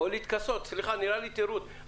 זה נראה לי תירוץ.